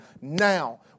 now